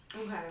Okay